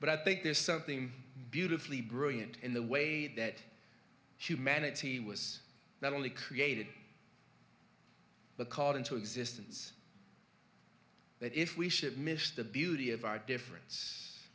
but i think there's something beautifully brilliant in the way that humanity was not only created but called into existence that if we ship missed the beauty of our difference